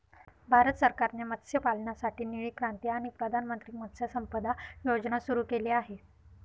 भारत सरकारने मत्स्यपालनासाठी निळी क्रांती आणि प्रधानमंत्री मत्स्य संपदा योजना सुरू केली आहे